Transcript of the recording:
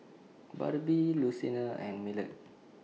Barbie Lucina and Millard